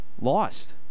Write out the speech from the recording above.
lost